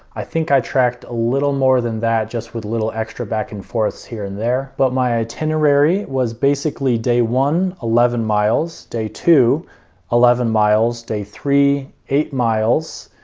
i think i tracked a little more than that just with little extra back-and-forth here and there. but my itinerary was basically day one eleven miles. day two eleven miles. day three eight miles.